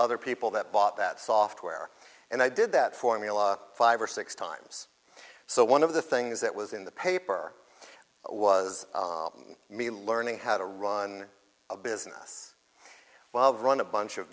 other people that bought that software and i did that formula five or six times so one of the things that was in the paper was me learning how to run a business well run a bunch of